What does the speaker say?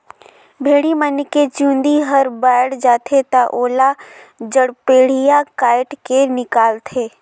भेड़ी मन के चूंदी हर बायड जाथे त ओला जड़पेडिया कायट के निकालथे